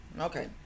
Okay